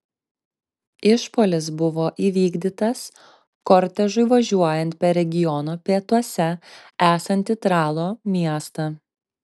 išpuolis buvo įvykdytas kortežui važiuojant per regiono pietuose esantį tralo miestą